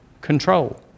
control